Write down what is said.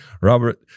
Robert